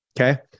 okay